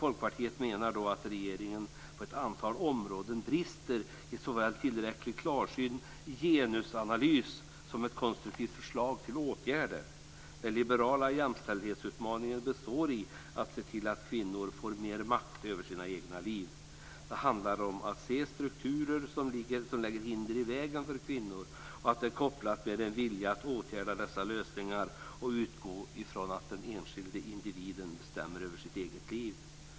Folkpartiet menar dock att regeringen på ett antal områden brister i såväl tillräckligt klarsynt genusanalys som i konstruktiva förslag till åtgärder. Den liberala jämställdhetsutmaningen består i att se till att kvinnor får mer makt över sina egna liv. Det handlar om att se strukturer som lägger hinder i vägen för kvinnor och om att det är kopplat till en vilja att åtgärda detta och att utgå från att det är den enskilde individen som bestämmer över sitt eget liv.